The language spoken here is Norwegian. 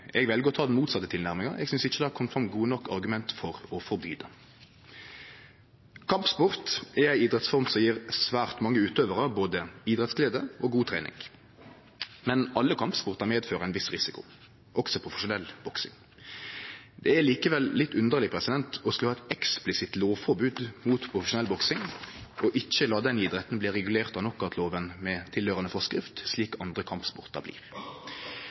Eg vel å ta den motsette tilnærminga: Eg synest ikkje det har kome fram gode nok argument for å forby det. Kampsport er ei idrettsform som gjev svært mange utøvarar både idrettsglede og god trening. Men alle kampsportar medfører ein viss risiko – også profesjonell boksing. Det er likevel litt underleg å skulle ha eit eksplisitt lovforbod mot profesjonell boksing, og ikkje la den idretten bli regulert av knockoutloven med tilhøyrande forskrift, slik andre kampsportar blir.